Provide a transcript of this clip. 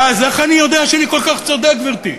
ואז, איך אני יודע שאני כל כך צודק, גברתי?